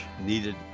needed